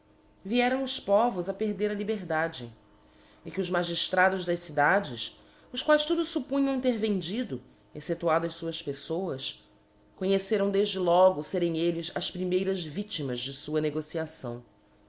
vieram os povos a perder a liberdade e que os magiftrados das cidades os quaes tudo fuppunham ter vendido exceptuadas fuás peífoas conheceram defde logo ferem elles as primeiras viélimas de fua negociação